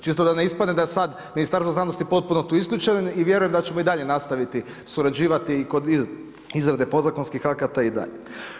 Čisto da ne ispadne da je sad Ministarstvo znanosti potpuno tu isključeno i vjerujem da ćemo i dalje nastaviti surađivati i kod izrade podzakonskih akata i dalje.